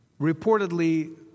Reportedly